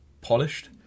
polished